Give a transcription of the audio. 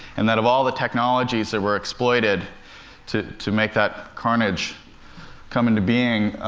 and that of all the technologies that were exploited to to make that carnage come into being,